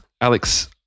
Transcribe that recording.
Alex